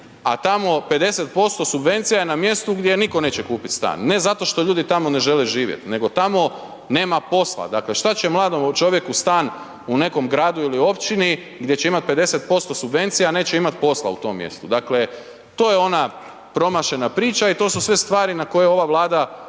a tamo 50% subvencija je na mjestu gdje nitko neće kupit stan ne zato što ljudi tamo ne žele živjet, nego tamo nema posla, dakle, šta će mladom čovjeku stan u nekom gradu ili općini gdje će imat 50% subvencija a neće imat posla u tom mjestu? Dakle to je ona promašena priča i to su sve stvari na koje ova Vlada nije